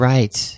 Right